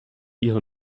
ihre